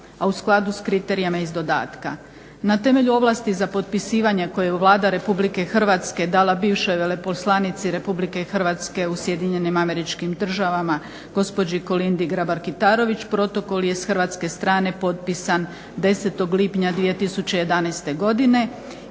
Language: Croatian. a u skladu s kriterijima iz dodatka. Na temelju ovlasti za potpisivanje koje je Vlada Republike Hrvatske dala bivšoj veleposlanici Republike Hrvatske u Sjedinjenim Američkim Državama gospođi Kolindi Grabar Kitarović protokol je s hrvatske strane potpisan 10. lipnja 2011. godine